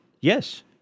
Yes